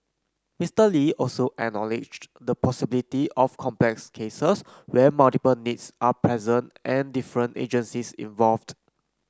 Mister Lee also acknowledged the possibility of complex cases where multiple needs are present and different agencies involved